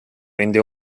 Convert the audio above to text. rende